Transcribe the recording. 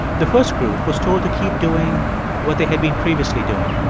the first group was told to keep doing what they had been previously doing.